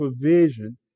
provision